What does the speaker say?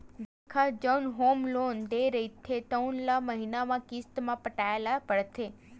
bank ह जउन home loan दे रहिथे तउन ल महिना म किस्त म पटाए ल परथे